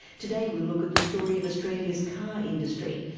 today we'll look at the story of australia's car industry,